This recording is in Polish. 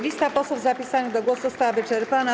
Lista posłów zapisanych do głosu została wyczerpana.